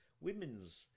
Women's